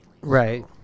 Right